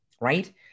right